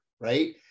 right